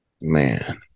Man